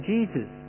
Jesus